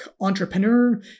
entrepreneur